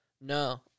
No